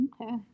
Okay